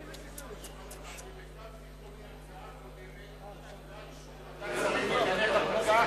בהצעה דנה ועדת שרים לענייני חקיקה,